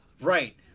right